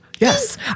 Yes